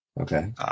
Okay